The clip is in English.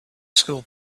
school